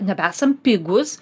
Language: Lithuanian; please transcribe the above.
nebesam pigūs